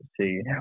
see